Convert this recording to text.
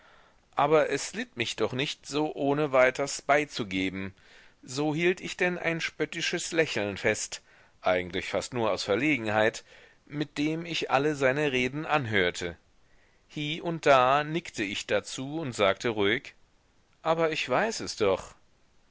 aber es litt mich doch nicht so ohneweiters beizugeben so hielt ich denn ein spöttisches lächeln fest eigentlich fast nur aus verlegenheit mit dem ich alle seine reden anhörte hie und da nickte ich dazu und sagte ruhig aber ich weiß es doch